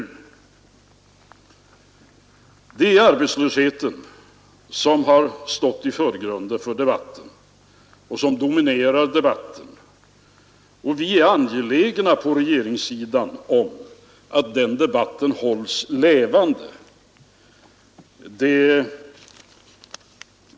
Det är arbetslösheten som har stått i förgrunden för debatten och dominerar denna. Vi är på regeringssidan angelägna om att denna debatt hålls levande.